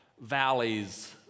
valleys